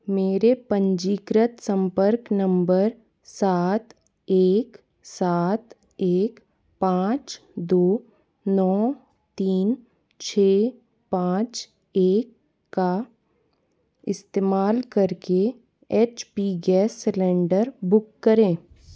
मेरे पंजीकृत संपर्क नंबर सात एक सात एक पाँच दो नौ तीन छः पाँच एक का इस्तेमाल कर के H P gas cylinder book करें